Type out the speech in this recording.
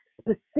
specific